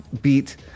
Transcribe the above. Beat